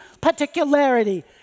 particularity